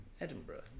Edinburgh